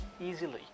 easily